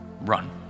Run